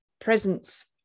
presence